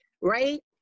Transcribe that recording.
right